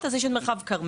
אז יש את מרחב כרמל,